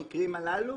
במקרים הללו?